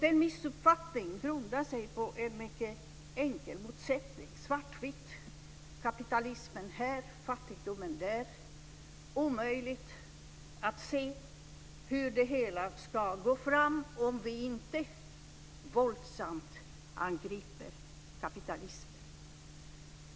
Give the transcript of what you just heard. Den missuppfattningen grundar sig på en mycket enkel motsättning, svart mot vitt, kapitalism här, fattigdom där, omöjligt att se hur det hela ska gå om vi inte våldsamt angriper kapitalismen.